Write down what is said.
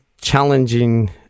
challenging